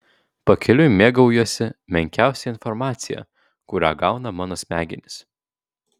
pakeliui mėgaujuosi menkiausia informacija kurią gauna mano smegenys